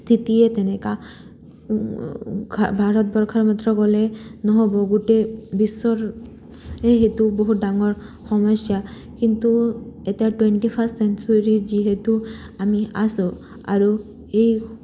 স্থিতিয়ে তেনেকা ভাৰতবৰ্ষৰ মাত্ৰ গ'লে নহ'ব গোটেই বিশ্বৰ এই সেইটো বহুত ডাঙৰ সমস্যা কিন্তু এতিয়া টুৱেণ্টি ফাৰ্ষ্ট চেঞ্চুৰী যিহেতু আমি আছোঁ আৰু এই